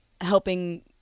helping